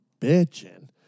bitching